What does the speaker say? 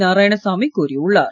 நாராயணசாமி கூறியுள்ளார்